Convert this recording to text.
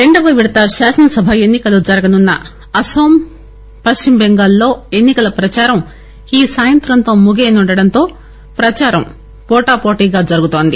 రెండవ విడత శాసనసభ ఎన్నికలు జరుగనున్న అస్పాం పశ్చిమ బెంగాల్ లో ఎన్సి కల ప్రదారం ఈ సాయంత్రంతో ముగియ నుండటంతో ప్రదారం పోటా పోటిగా జరుగుతోంది